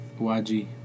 YG